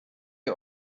ihr